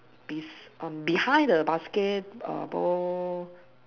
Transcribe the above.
bes~ um behind the basket err ball